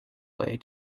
way